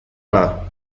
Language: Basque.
ala